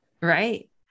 right